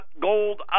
gold